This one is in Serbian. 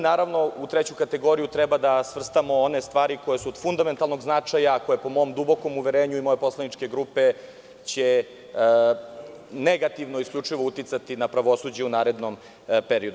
Naravno, u treću kategoriju treba da svrstamo one stvari koje su od fundamentalnog značaja, a koje će po mom dubokom uverenju i moje poslaničke grupe negativno isključivo uticati na pravosuđe u narednom periodu.